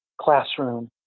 classroom